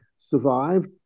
survived